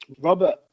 Robert